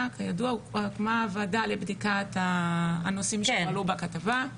כידוע הוקמה ועדה לבדיקת הנושאים שעלו בכתבה,